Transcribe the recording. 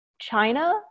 China